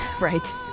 Right